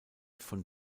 von